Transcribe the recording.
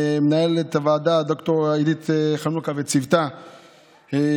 למנהלת הוועדה ד"ר עידית חנוכה וצוותה,